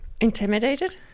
Intimidated